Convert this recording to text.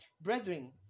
Brethren